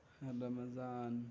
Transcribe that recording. رَمَضان